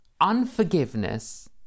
unforgiveness